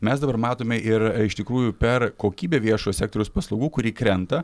mes dabar matome ir iš tikrųjų per kokybę viešojo sektoriaus paslaugų kuri krenta